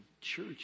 church